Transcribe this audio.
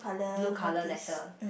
blue color letter